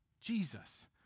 Jesus